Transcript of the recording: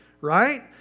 right